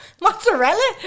Mozzarella